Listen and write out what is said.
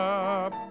up